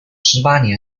十八年